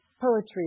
poetry